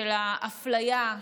של האפליה,